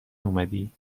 اومدی